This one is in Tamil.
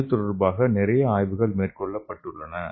இதுதொடர்பாக நிறைய ஆய்வுகள் மேற்கொள்ளப்பட்டுள்ளன